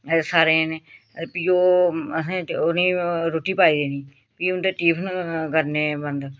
सारें जने फ्ही ओह् असें उनें ई रु्ट्टी पाई देनी फ्ही उदें टिफन करने बंद